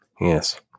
yes